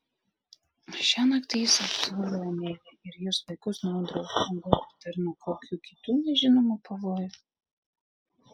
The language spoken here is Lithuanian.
šiąnakt jis apsaugojo ameliją ir jos vaikus nuo audros o gal ir dar nuo kokių kitų nežinomų pavojų